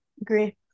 agree